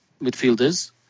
midfielders